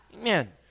amen